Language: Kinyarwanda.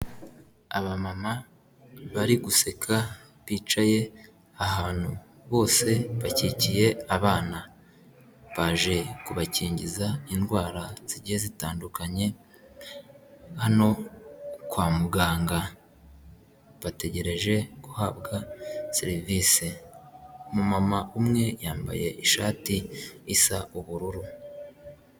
Abamama bari guseka bicaye ahantu. Bose bakikiye abana. Baje kubakingiza indwara zigiye zitandukanye hano kwa muganga. Bategereje guhabwa serivise. Umumama umwe yambaye ishati isa ubururu.